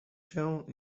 się